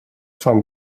fan